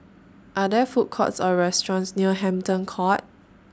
Are There Food Courts Or restaurants near Hampton Court